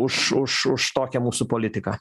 už už už tokią mūsų politiką